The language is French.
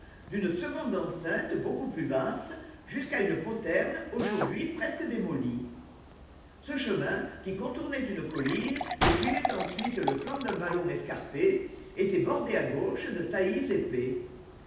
d'une seconde enceinte beaucoup plus vaste jusqu'à une poterne aujourd'hui presque démolie ce chemin qui contournait une colline et suivait ensuite le flanc d'un vallon escarpé était bordé à gauche de